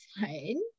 fine